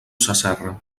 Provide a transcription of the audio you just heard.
sasserra